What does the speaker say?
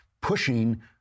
pushing